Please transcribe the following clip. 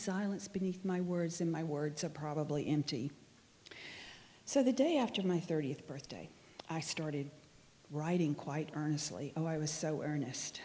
silence beneath my words in my words are probably empty so the day after my thirtieth birthday i started writing quite honestly oh i was so earnest